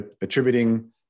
attributing